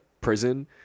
prison